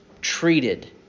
treated